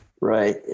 Right